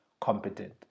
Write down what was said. competent